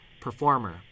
performer